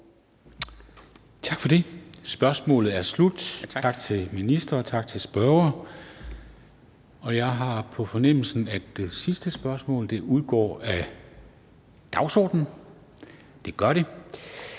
Tak for det. Spørgsmålet er slut. Tak til ministre, og tak til spørgere. Jeg har på fornemmelsen, at det sidste spørgsmål udgår af dagsordenen. Det gør det.